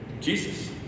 Jesus